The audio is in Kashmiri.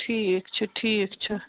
ٹھیٖک چھُ ٹھیٖک چھُ